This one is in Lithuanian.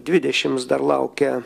dvidešims dar laukia